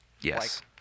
Yes